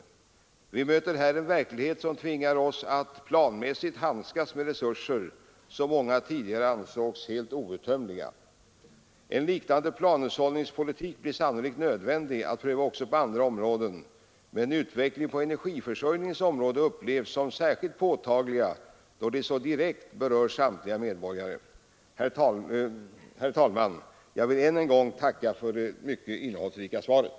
Vi möter här en verklighet som tvingar oss att planmässigt handskas med resurser som många tidigare ansåg helt outtömliga. En liknande planhushållningspolitik blir sannolikt nödvändig att pröva också på andra områden, men utvecklingen på energiförsörjningens område upplevs som särskilt påtaglig då den så direkt berör samtliga medborgare. Herr talman! Jag vill än en gång tacka för det mycket innehållsrika svaret.